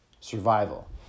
Survival